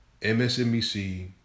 MSNBC